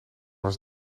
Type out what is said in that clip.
was